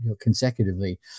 consecutively